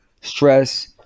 stress